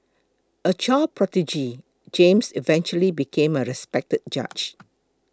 a child prodigy James eventually became a respected judge